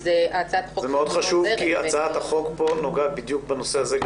הצעת החוק פה נוגעת בדיוק בנושא הזה.